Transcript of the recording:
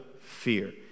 fear